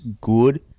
good